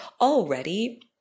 already